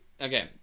okay